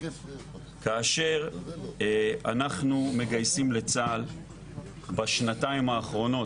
כאשר אנחנו מגייסים לצה"ל בשנתיים האחרונות,